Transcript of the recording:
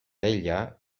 ella